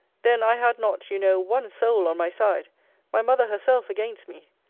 then i had not, you know, one soul on my side my mother herself against me.